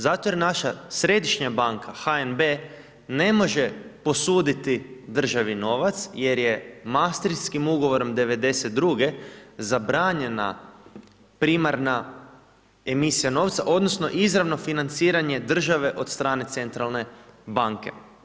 Zato jer naša središnja banka HNB ne može posuditi državi novac jer je Mastrihtskim ugovorom '92. zabranjena primarna emisija novca odnosno izravno financiranje države od strane centralne banke.